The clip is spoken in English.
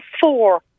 four